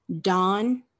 dawn